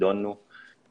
רואים את